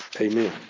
Amen